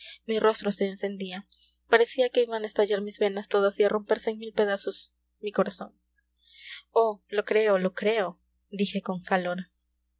mi rostro se encendía parecía que iban a estallar mis venas todas y a romperse en mil pedazos mi corazón oh lo creo lo creo dije con calor